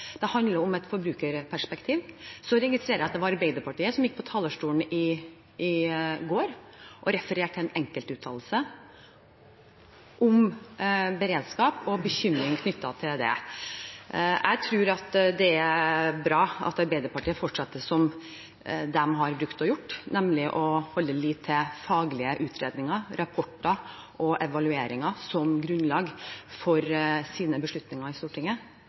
det handler om et forbrukerperspektiv. Jeg registrerer at det var Arbeiderpartiet som gikk på talerstolen i går, og refererte en enkeltuttalelse om beredskap og bekymring knyttet til det. Jeg tror det er bra at Arbeiderpartiet fortsetter som de har brukt å gjøre, nemlig å feste lit til faglige utredninger, rapporter og evalueringer som grunnlag for sine beslutninger i Stortinget,